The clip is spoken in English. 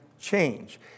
change